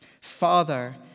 Father